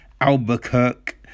Albuquerque